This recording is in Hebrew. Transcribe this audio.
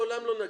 לעולם לא נגיע.